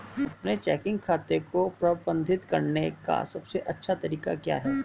अपने चेकिंग खाते को प्रबंधित करने का सबसे अच्छा तरीका क्या है?